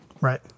Right